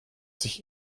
sich